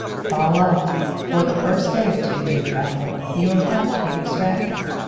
fall off! for the first day or two, dear traveler, you will have to be extracted!